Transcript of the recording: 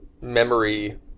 memory